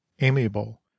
amiable